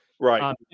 right